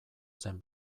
zen